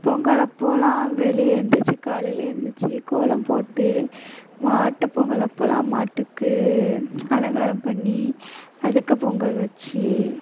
பொங்கல் அப்போதுலாம் வெளியே எழுந்திரிச்சி காலையிலேயே எழுந்திரிச்சி கோலம் போட்டு மாட்டுப் பொங்கல் அப்போதுலாம் மாட்டுக்கு அலங்காரம் பண்ணி அதுக்கு பொங்கல் வச்சு